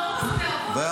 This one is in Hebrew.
ביניכם,